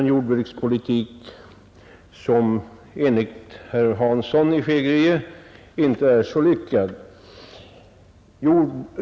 Den jordbrukspolitik som hittills förts har enligt herr Hansson i Skegrie inte varit så lyckad.